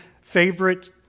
favorite